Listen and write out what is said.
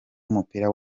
w’umupira